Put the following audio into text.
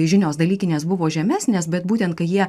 žinios dalykinės buvo žemesnės bet būtent kai jie